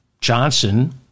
Johnson